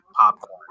popcorn